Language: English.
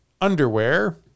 underwear